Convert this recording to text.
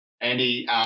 Andy